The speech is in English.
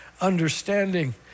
understanding